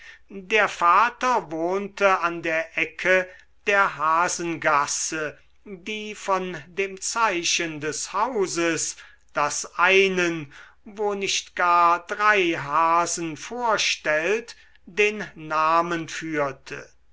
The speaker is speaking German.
der vater wohnte an der ecke der hasengasse die von dem zeichen des hauses das einen wo nicht gar drei hasen vorstellt den namen führte